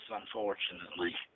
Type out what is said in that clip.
unfortunately